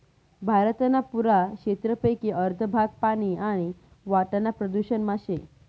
भारतना पुरा क्षेत्रपेकी अर्ध भाग पानी आणि वाटाना प्रदूषण मा शे